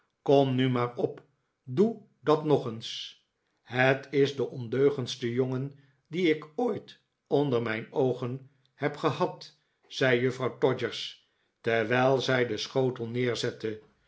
kom nu maar opl doe dat nog eens het is de ondeugendste jongen dien ik ooit onder mijn oogen heb gehad zei juffrouw todgers terwijl zij den schotel neerzette